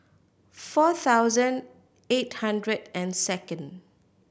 four thousand eight hundred and second